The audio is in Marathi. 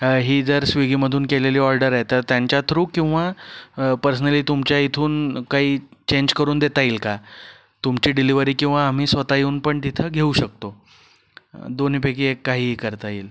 ही जर स्विगीमधून केलेली ऑर्डर आहे तर त्यांच्या थ्रू किंवा पर्सनली तुमच्या इथून काही चेंज करून देता येईल का तुमची डिलिवरी किंवा आम्ही स्वतः येऊन पण तिथं घेऊ शकतो दोन्हीपैकी एक काहीही करता येईल